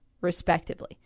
respectively